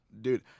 Dude